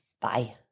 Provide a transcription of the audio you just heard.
bye